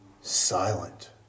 silent